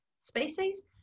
species